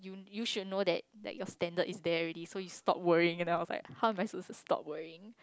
you should know that like your standard is there already so you stop worrying and I was like how am I supposed to stop worrying